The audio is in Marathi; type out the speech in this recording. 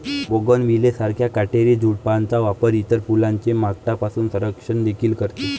बोगनविले सारख्या काटेरी झुडपांचा वापर इतर फुलांचे माकडांपासून संरक्षण देखील करते